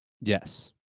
Yes